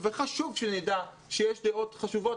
וחשוב שנדע שיש דעות חשובות.